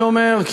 אני אומר,